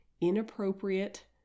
inappropriate